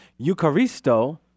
eucharisto